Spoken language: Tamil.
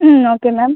ம் ஓகே மேம்